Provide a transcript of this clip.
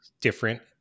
different